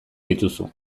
dituzu